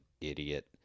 idiot